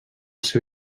seu